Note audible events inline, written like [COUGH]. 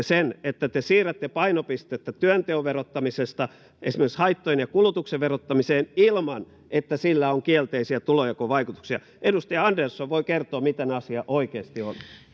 [UNINTELLIGIBLE] sen että te siirrätte painopistettä työnteon verottamisesta esimerkiksi haittojen ja kulutuksen verottamiseen ilman että sillä on kielteisiä tulonjakovaikutuksia edustaja andersson voi kertoa miten asia oikeasti on